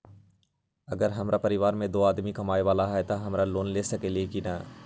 अगर हमरा परिवार में दो आदमी कमाये वाला है त हम लोन ले सकेली की न?